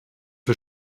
für